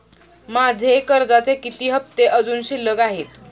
माझे कर्जाचे किती हफ्ते अजुन शिल्लक आहेत?